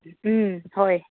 ꯎꯝ ꯍꯣꯏ